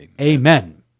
Amen